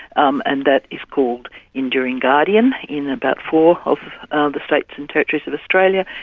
um and that is called enduring guardian in about four of the states and territories of australia.